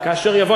כאשר יבוא,